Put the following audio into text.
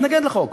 התנגד לחוק,